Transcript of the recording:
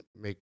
make